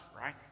right